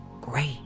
great